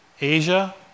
Asia